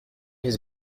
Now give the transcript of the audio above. has